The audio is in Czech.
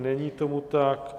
Není tomu tak.